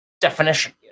definition